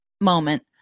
moment